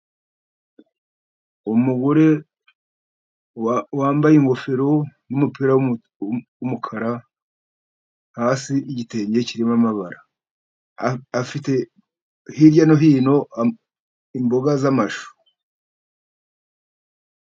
Umugore wambaye ingofero n'umupira w'umukara, hasi igitenge kirimo amabara, afite hirya no hino imboga z'amashu.